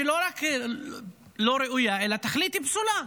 שלא רק שהיא לא ראויה אלא היא תכלית פסולה.